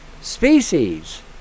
species